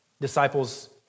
Disciples